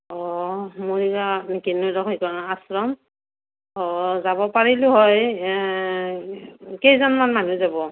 অ' আশ্ৰম অ' যাব পাৰিলোঁ হয় কেইজনমান মানুহ যাব